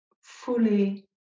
fully